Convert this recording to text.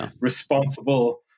responsible